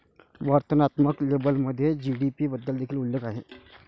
वर्णनात्मक लेबलमध्ये जी.डी.पी बद्दल देखील उल्लेख आहे